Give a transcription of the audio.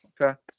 Okay